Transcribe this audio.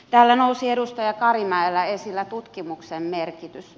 täällä nousi edustaja karimäellä esille tutkimuksen merkitys